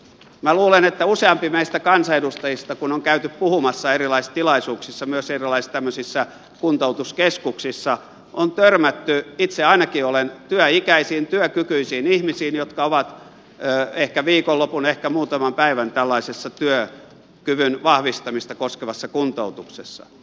minä luulen että useampi meistä kansanedustajista kun olemme käyneet puhumassa erilaisissa tilaisuuksissa myös tämmöisissä erilaisissa kuntoutuskeskuksissa on törmännyt itse ainakin olen työikäisiin työkykyisiin ihmisiin jotka ovat ehkä viikonlopun ehkä muutaman päivän tällaisessa työkyvyn vahvistamista koskevassa kuntoutuksessa